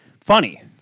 Funny